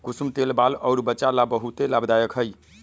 कुसुम तेल बाल अउर वचा ला बहुते लाभदायक हई